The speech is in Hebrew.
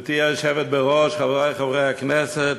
גברתי היושבת בראש, חברי חברי הכנסת,